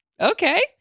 okay